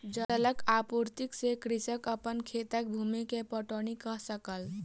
जलक आपूर्ति से कृषक अपन खेतक भूमि के पटौनी कअ सकल